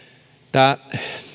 tämä